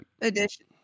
Edition